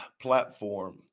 platform